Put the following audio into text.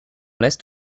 l’est